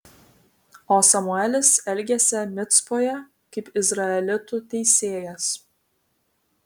o samuelis elgėsi micpoje kaip izraelitų teisėjas